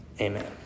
Amen